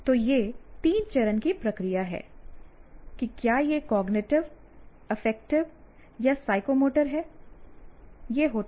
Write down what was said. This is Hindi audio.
तो ये तीन चरण की प्रक्रिया है कि क्या यह कॉग्निटिव अफेक्टिव या साइकोमोटर है यह होता है